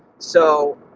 so,